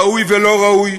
ראוי ולא ראוי,